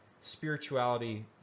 spirituality